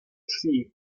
krwi